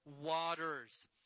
waters